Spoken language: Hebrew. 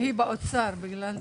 היא באוצר; בגלל זה.